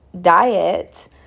diet